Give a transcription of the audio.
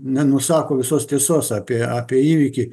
nenusako visos tiesos apie apie įvykį